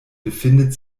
befindet